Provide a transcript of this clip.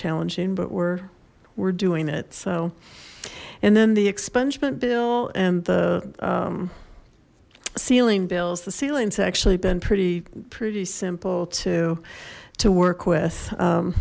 challenging but we're we're doing it so and then the expungement bill and the sealing bills the ceilings actually been pretty pretty simple to to work with